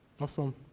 Awesome